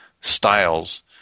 styles